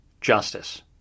justice